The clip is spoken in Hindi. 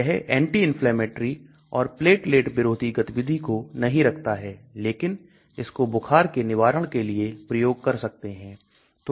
यह एंटी इन्फ्लेमेटरी और प्लेटलेट विरोधी गतिविधि को नहीं रखता है लेकिन इसको बुखार के निवारण के लिए प्रयोग कर सकते हैं